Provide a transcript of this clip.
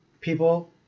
people